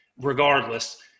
regardless